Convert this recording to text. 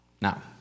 Now